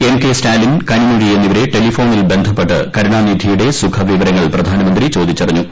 M K Stalin Kanimozhi എന്നിവരെ ടെലിഫോണിൽ ബന്ധപ്പെട്ട് കരുണാനിധിയുടെ സുഖവിവരങ്ങൾ പ്രധാനമന്ത്രി ചോദിച്ചറിഞ്ഞു